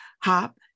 hop